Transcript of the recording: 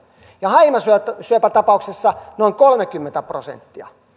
ja haimasyöpätapauksista noin kolmekymmentä prosenttia